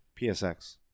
PSX